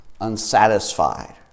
unsatisfied